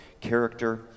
character